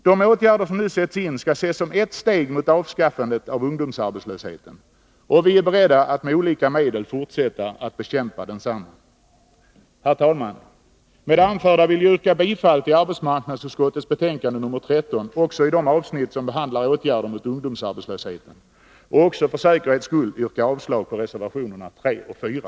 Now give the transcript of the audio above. De åtgärder som nu sätts in skall ses som ett steg mot avskaffandet av ungdomsarbetslösheten, och vi är beredda att med olika medel fortsätta att bekämpa densamma. Herr talman! Med det anförda vill jag yrka bifall till arbetsmarknadsutskottets hemställan i dess betänkande nr 13 också i de avsnitt som behandlar åtgärder mot ungdomsarbetslösheten. Jag yrkar vidare för säkerhets skull även avslag på reservationerna 3 och 4.